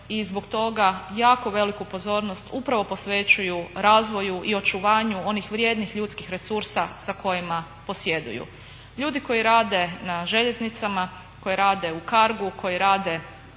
i zbog toga jako veliku pozornost upravo posvećuju razvoju i očuvanju onih vrijednih ljudskih resursa sa kojima posjeduju. Ljudi koji rade na željeznicama, koji rade u Cargu, koji rade